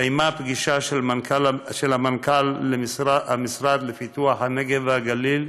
התקיימה פגישה של מנכ"ל המשרד לפיתוח הנגב והגליל